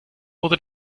oder